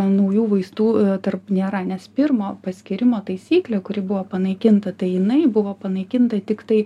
naujų vaistų tarp nėra nes pirmo paskyrimo taisyklė kuri buvo panaikinta tai jinai buvo panaikinta tiktai